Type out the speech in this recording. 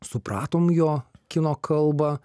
supratom jo kino kalbą